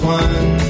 one